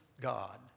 God